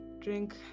drink